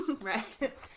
Right